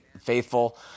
faithful